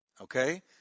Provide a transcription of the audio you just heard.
Okay